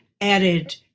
added